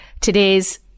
today's